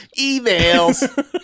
Emails